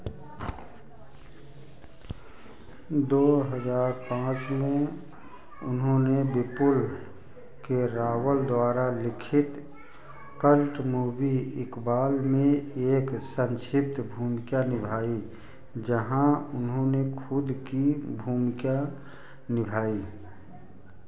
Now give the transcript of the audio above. दो हज़ार पाँच में उन्होंने विपुल के रावल द्वारा लिखित कल्ट मूवी इकबाल में एक संक्षिप्त भूमिका निभाई जहाँ उन्होंने खुद की भूमिका निभाई